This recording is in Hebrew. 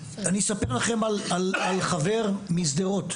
אני אספר לכם על חבר משדרות,